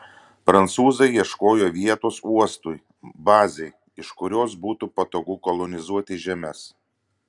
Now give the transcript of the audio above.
prancūzai ieškojo vietos uostui bazei iš kurios būtų patogu kolonizuoti žemes